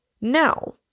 Now